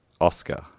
Oscar